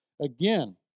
Again